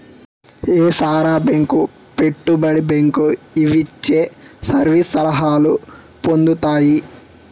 ఏసార bank పెట్టుబడి bank ఇవిచ్చే service సలహాలు పొందుతాయి